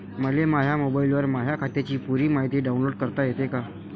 मले माह्या मोबाईलवर माह्या खात्याची पुरी मायती डाऊनलोड करता येते का?